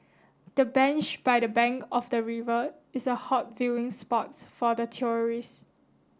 the bench by the bank of the river is a hot viewing spot for the tourist